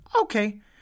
okay